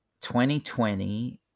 2020